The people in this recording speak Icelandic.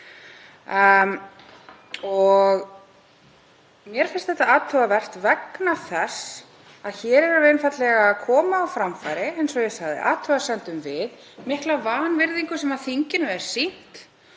Mér finnst þetta athugavert vegna þess að hér erum við einfaldlega að koma á framfæri, eins og ég sagði, athugasemdum um mikla vanvirðingu sem þinginu er sýnd